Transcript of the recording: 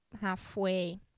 halfway